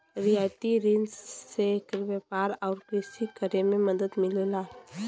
रियायती रिन से व्यापार आउर कृषि करे में मदद मिलला